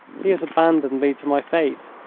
he has abandoned me to my fate.